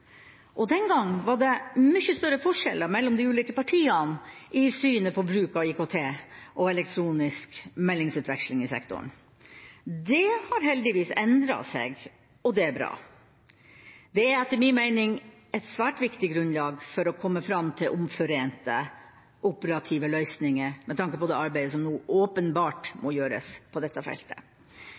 og den gang var det mye større forskjeller mellom de ulike partiene i synet på bruk av IKT og elektronisk meldingsutveksling i sektoren. Det har heldigvis endret seg, og det er bra. Det er, etter min mening, et svært viktig grunnlag for å komme fram til omforente operative løsninger med tanke på det arbeidet som nå åpenbart må gjøres på dette feltet.